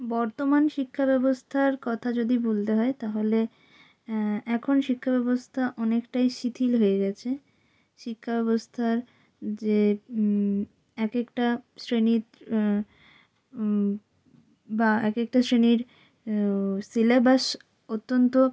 বর্তমান শিক্ষাব্যবস্থার কথা যদি বলতে হয় তাহলে এখন শিক্ষাব্যবস্থা অনেকটাই শিথিল হয়ে গিয়েছে শিক্ষাব্যবস্থার যে এক একটা শ্রেণীর বা এক একটা শ্রেণীর ও সিলেবাস অত্যন্ত